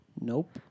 Nope